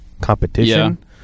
competition